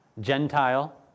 Gentile